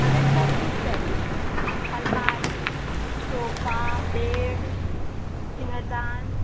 हमें सब कुछ चाहिए अलमारी सोफा बेड सिंगरदान